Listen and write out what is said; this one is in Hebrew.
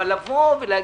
אבל לומר לנו: